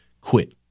quit